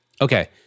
Okay